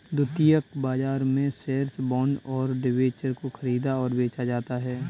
द्वितीयक बाजार में शेअर्स, बॉन्ड और डिबेंचर को ख़रीदा और बेचा जाता है